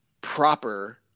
proper